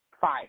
Five